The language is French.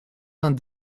vingt